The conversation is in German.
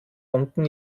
unten